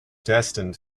destined